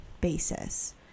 basis